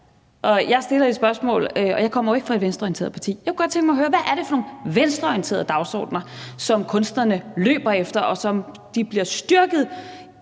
dagsordener. Jeg kommer jo ikke fra et venstreorienteret parti, men jeg kunne godt tænke mig at høre, hvad det er for nogle venstreorienterede dagsordener, som kunstnerne løber efter, og som de bliver styrket